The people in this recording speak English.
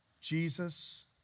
Jesus